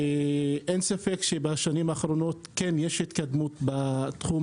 אין ספק שבשנים האחרונות יש התקדמות בתחום